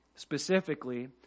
Specifically